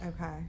Okay